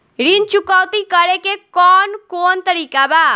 ऋण चुकौती करेके कौन कोन तरीका बा?